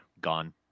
gone